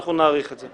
אנחנו נעריך את זה.